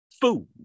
food